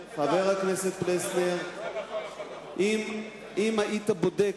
חבר הכנסת פלסנר, אם היית בודק,